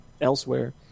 elsewhere